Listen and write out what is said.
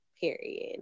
period